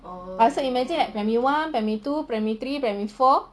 I also imagine like primary one primary two primary three and primary four